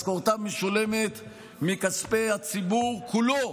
משכורתם משולמת מכספי הציבור כולו,